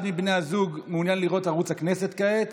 אחד מבני הזוג מעוניין לראות ערוץ הכנסת כעת